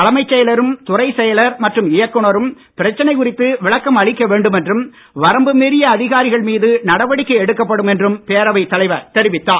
தலைமைச் செயலரும் துறைச் செயலர் மற்றும் இயக்குனரும் பிரச்சனை குறித்து விளக்கம் அளிக்க வேண்டும் என்றும் வரம்பு மீறிய அதிகாரிகள் மீது நடவடிக்கை எடுக்கப்படும் என்றும் பேரவைத் தலைவர் தெரிவித்தார்